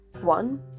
One